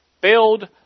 build